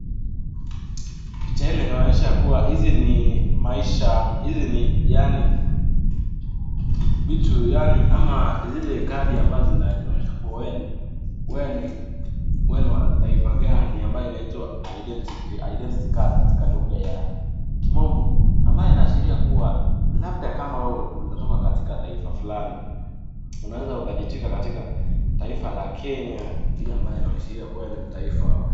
Picha hili inaonyesha kuwa hizi ni, maisha hizi ni yaani vitu ama yaani, kandi ambazo zinaweza kunyesha wewe ni wataifa gani ambayo inaitwa Identity card ,(cs), katika lugha ya kimombo ambayo inaashiria kuwa labda kama wewe umetoka katika taifa fulani, unaweza ukajitwika katika taifa la Kenya, ile ambayo inaashiria wewe ni mtaifa.